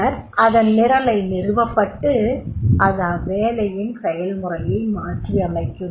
பின்னர் அதன் நிரலை நிறுவப்பட்டு அது அவ்வேலையின் செயல்முறையை மாற்றியமைக்கும்